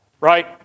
right